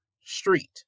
street